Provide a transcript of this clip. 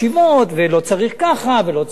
לא צריך ככה ולא צריך ככה,